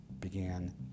began